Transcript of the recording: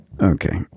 okay